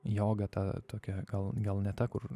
joga ta tokia gal gal ne ta kur